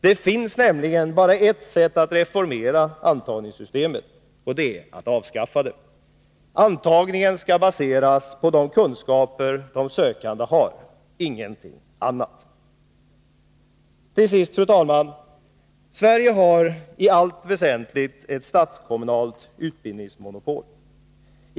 Det finns nämligen bara ett sätt att reformera antagningssystemet, och det är att avskaffa det. Antagningen skall baseras på de kunskaper de sökande har, ingenting annat. Till sist, fru talman! Sverige har i allt väsentligt ett stats-kommunalt utbildningsmonopol.